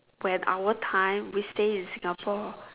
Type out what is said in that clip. when our time we stay in Singapore